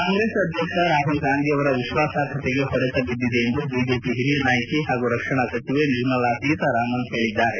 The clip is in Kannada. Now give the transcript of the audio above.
ಕಾಂಗ್ರೆಸ್ ಅಧ್ಯಕ್ಷ ರಾಹುಲ್ ಗಾಂಧಿ ಅವರ ವಿಶ್ವಾಸಾರ್ಹತೆಗೆ ಹೊಡೆತ ಬಿದ್ದಿದೆ ಎಂದು ಬಿಜೆಪಿ ಹಿರಿಯ ನಾಯಕಿ ಹಾಗು ರಕ್ಷಣಾ ಸಚಿವೆ ನಿರ್ಮಲಾ ಸೀತಾರಾಮನ್ ಹೇಳಿದ್ದಾರೆ